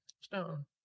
stone